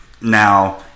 now